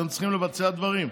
אתם צריכים לבצע דברים.